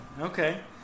okay